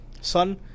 son